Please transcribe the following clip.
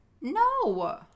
No